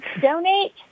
Donate